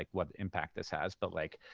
like what impact this has. but, like,